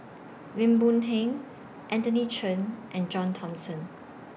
Lim Boon Heng Anthony Chen and John Thomson